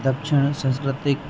दक्षिण सांस्कृतिक